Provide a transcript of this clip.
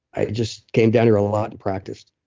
i just came down here a lot and practiced.